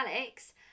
Alex